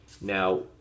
Now